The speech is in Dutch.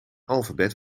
alfabet